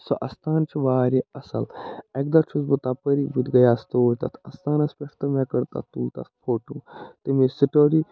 سُہ اَستان چھِ واریاہ اَصٕل اَکہِ دوہ چھُس بہٕ تَپٲرۍ بٔتہِ گٔیس توٗرۍ تَتھ اَستانَس پٮ۪ٹھ تہٕ مےٚ کٔڑ تَتھ تُل تَتھ فوٹو تٔمِچ سِٹوری